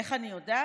איך אני יודעת?